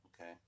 okay